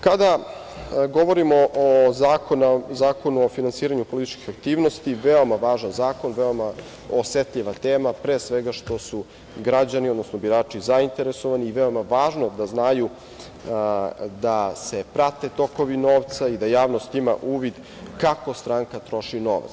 Kada govorimo o Zakonu o finansiranju političkih aktivnosti, veoma važan zakon, veoma osetljiva tema pre svega što su građani, odnosno birači zainteresovani i veoma je važno da znaju da se prate tokovi novca i da javnost ima uvid kako stranka troši novac.